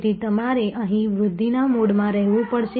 તેથી તમારે અહીં વૃદ્ધિના મોડમાં રહેવું પડશે